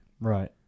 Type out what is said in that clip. Right